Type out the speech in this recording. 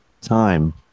time